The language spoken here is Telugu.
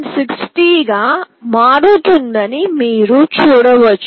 60 గా మారిందని మీరు చూడవచ్చు